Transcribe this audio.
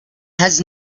has